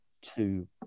two